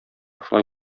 шулай